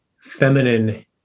feminine